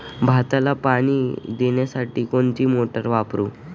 भाताला पाणी देण्यासाठी कोणती मोटार वापरू?